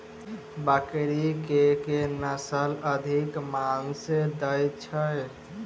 बकरी केँ के नस्ल अधिक मांस दैय छैय?